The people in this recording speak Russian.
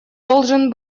должен